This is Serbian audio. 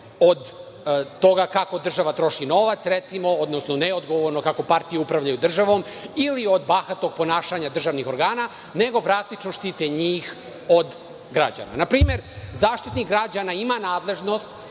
od toga kako država troši novac, odnosno neodgovorno kako partiju upravljaju državom ili od bahatog ponašanja državnih organa, nego praktično štite njih od građana. Na primer, Zaštitnik građana ima nadležnost